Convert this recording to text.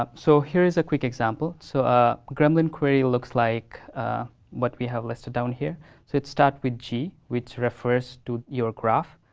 ah so, here is a quick example. so ah gremlin query looks like what we have listed down here. so it start with g, which refers to your graph.